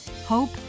Hope